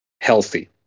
healthy